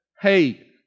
hey